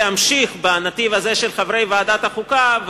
להמשיך בנתיב הזה של חברי ועדת החוקה,